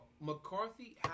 McCarthy